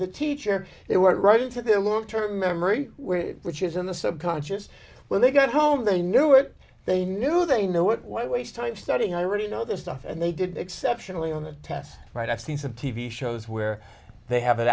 the teacher it went right into their long term memory which is in the subconscious when they got home they knew it they knew they know it why waste time studying i really know their stuff and they did exceptionally on the test right i've seen some t v shows where they have an